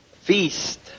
feast